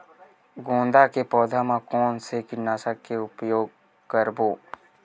गेंदा के पौधा म कोन से कीटनाशक के उपयोग करबो?